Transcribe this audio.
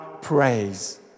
praise